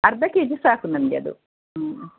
ಅರ್ಧ K G ಸಾಕು ನನ್ಗೆ ಅದು ಹ್ಞೂ